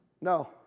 No